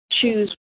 choose